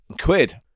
Quid